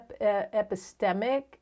epistemic